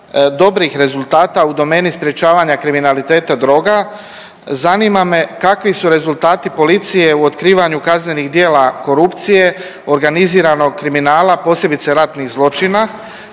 dobrih rezultata u domeni sprječavanja kriminaliteta droga zanima me kakvi su rezultati policije u otkrivanju kaznenih djela korupcije, organiziranog kriminala posebice ratnih zločina,